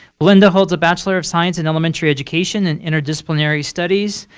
belinda holds a bachelor of science in elementary education and interdisciplinary studies,